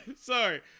Sorry